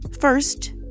First